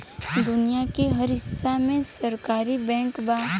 दुनिया के हर हिस्सा में सहकारी बैंक बा